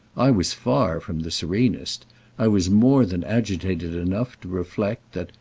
i was far from the serenest i was more than agitated enough to reflect that,